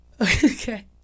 Okay